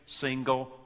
single